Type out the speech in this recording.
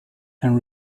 and